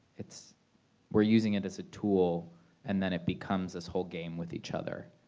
it's we're using it as a tool and then it becomes this whole game with each other.